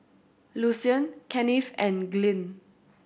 Lucian Kennith and Glynn